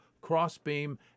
Crossbeam